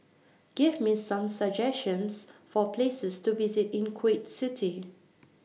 Give Me Some suggestions For Places to visit in Kuwait City